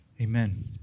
Amen